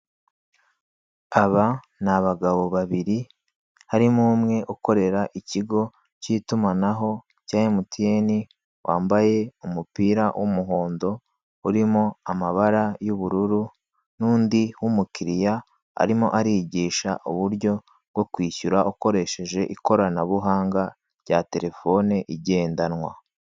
Aba ni abagabo babiri harimo umwe ukorera ikigo cy'itumanaho cya MTN, wambaye umupira w'umuhondo urimo amabara y'ubururu n'undi w'umukiriya arimo arigisha uburyo bwo kwishyura ukoresheje ikoranabuhanga rya telefone igendanwa.